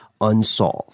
unsolved